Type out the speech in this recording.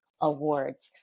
Awards